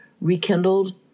rekindled